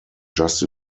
just